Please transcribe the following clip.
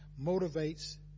motivates